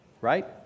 Right